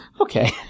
Okay